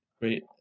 great